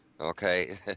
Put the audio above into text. Okay